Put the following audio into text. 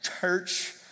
church